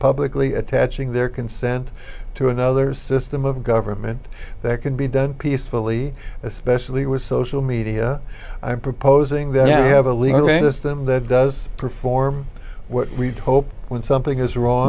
publicly attaching their consent to another system of government that can be done peacefully especially with social media i'm proposing that you have a leaderless them that does perform what we hope when something goes wrong